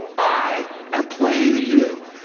i am playing you.